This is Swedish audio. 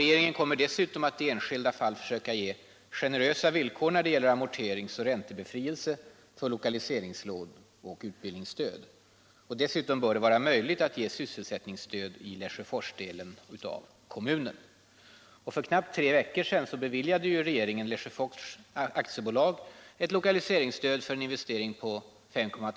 Regeringen kommer dessutom att i enskilda fall försöka ge generösa villkor när det gäller amorterings och räntebefrielse för lokaliseringslån och utbildningsstöd. Dessutom bör det vara möjligt att ge sysselsättningsstöd i Lesjöforsdelen av kommunen.